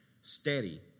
Steady